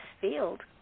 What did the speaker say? field